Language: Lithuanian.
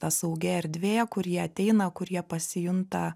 ta saugi erdvė kur jie ateina kur jie pasijunta